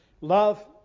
love